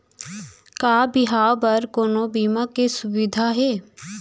का बिहाव बर कोनो बीमा के सुविधा हे?